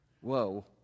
Whoa